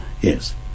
yes